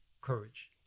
courage